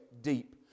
deep